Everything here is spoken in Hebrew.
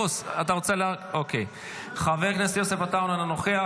העם היהודי,